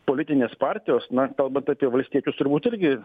politinės partijos na kalbant apie valstiečius turbūt irgi